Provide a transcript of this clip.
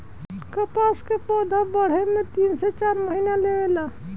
कपास के पौधा बढ़े में तीन से चार महीना लेवे ला